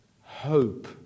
hope